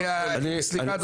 סליחה,